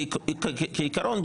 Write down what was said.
כעיקרון,